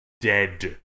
dead